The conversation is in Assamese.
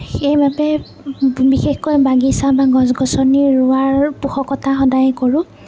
সেইবাবে বিশেষকৈ বাগিচা বা গছ গছনি ৰোৱাৰ পোষকতা সদায় কৰোঁ